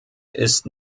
ist